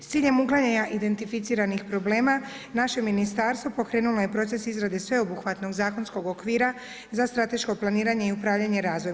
S ciljem uklanjanja identificiranih problema naše ministarstvo pokrenulo je proces izrade sveobuhvatnog zakonskog okvira za strateško planiranje i upravljanje razvojem.